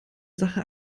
sache